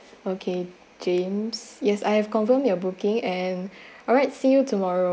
okay james yes I have confirm your booking and alright see you tomorrow